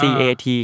Cat